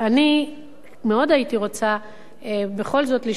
אני מאוד הייתי רוצה בכל זאת לשמוע